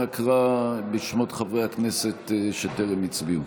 אנא קרא בשמות חברי הכנסת שטרם הצביעו.